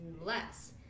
less